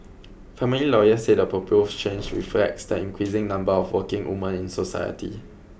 family lawyers said the proposed change reflects the increasing number of working women in society